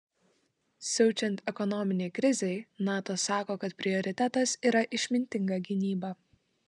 siaučiant ekonominei krizei nato sako kad prioritetas yra išmintinga gynyba